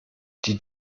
die